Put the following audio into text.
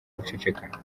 guceceka